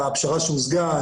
על הפשרה שהושגה.